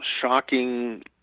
shocking